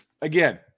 Again